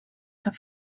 have